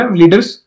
leaders